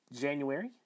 January